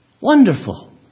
Wonderful